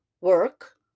work